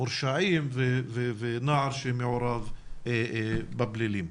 מורשעים ונער שמעורב בפלילים.